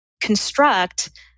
construct